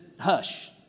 hush